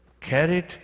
carried